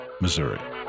Missouri